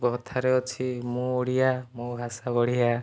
କଥାରେ ଅଛି ମୁଁ ଓଡ଼ିଆ ମୋ ଭାଷା ବଢ଼ିଆ